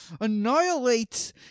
annihilate